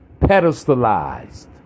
pedestalized